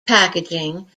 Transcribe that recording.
packaging